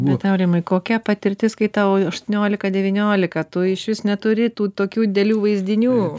bet aurimai kokia patirtis kai tau aštuoniolika devyniolika tu išvis neturi tų tokių idealių vaizdinių